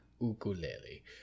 Ukulele